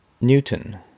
Newton